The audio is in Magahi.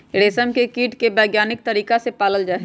रेशम के कीट के वैज्ञानिक तरीका से पाला जाहई